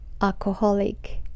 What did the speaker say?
alcoholic